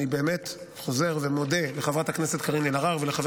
אני באמת חוזר ומודה לחברת הכנסת קארין אלהרר ולחבר